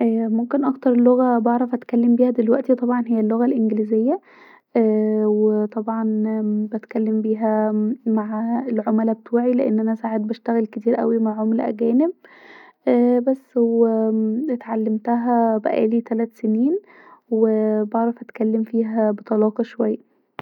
ممكن اكتر لغه بعرف اتكلم بيها دلوقتي طبعا هي اللغه الانجليزيه ااااا طبعا بكلم بيها مع العملا بتوعي لأن انا ساعات بشتغل كتير اوي مع عملا أجانب ااا بس اتعلمتها بقالي تلت سنين وبعرف اتكلم فيها بطلاقه شويه